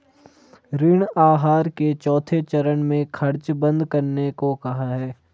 ऋण आहार के चौथे चरण में खर्च बंद करने को कहा है